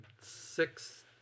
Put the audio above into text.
six